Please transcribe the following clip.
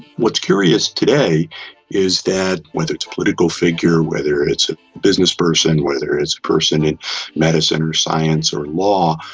what's curious today is that whether it's a political figure, whether it's a business person, whether it's a person in medicine or science or law,